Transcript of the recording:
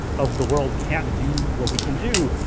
of the world can't do what we can do.